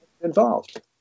involved